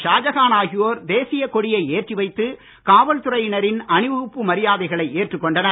ஷாஜஹான் ஆகியோர் தேசிய கொடியை ஏற்றி வைத்து காவல்துறையினரின் அணிவகுப்பு மரியாதைகளை ஏற்றுக் கொண்டனர்